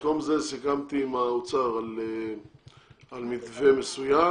במקום זה סיכמתי עם האוצר על מתווה מסוים